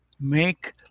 make